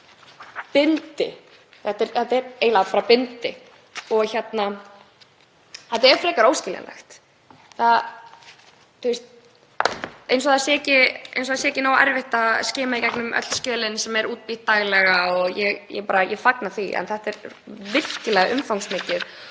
bindi. Þetta er eiginlega bara bindi og þetta er frekar óskiljanlegt. Eins og það sé ekki nógu erfitt að skima í gegnum öll skjölin sem er útbýtt daglega, og ég bara fagna því, en þetta er virkilega umfangsmikið